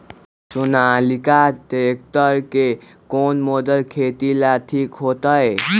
Sonalika tractor के कौन model खेती ला ठीक होतै?